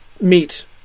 meet